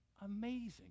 Amazing